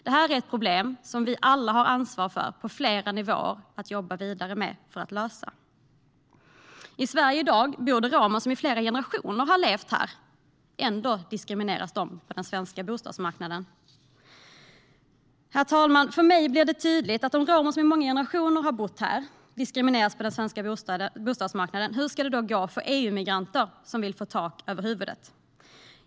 Det är ett problem som vi alla har ansvar för på flera nivåer att jobba vidare med för att lösa. I Sverige bor i dag romer som i flera generationer har levt här. Ändå diskrimineras de på den svenska bostadsmarknaden. Herr talman! Med tanke på att romer som har bott här i många generationer diskrimineras på den svenska bostadsmarknaden blir frågan hur det ska gå för de EU-migranter som vill få tak över huvudet.